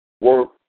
work